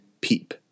PEEP